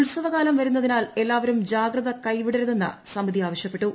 ഉത്സവകാലം വരുന്നതിനാൽ എല്ലാവരും ജാഗ്രത കൈ വിടരുതെന്ന് സമിതി ആവശ്യപ്പെട്ടു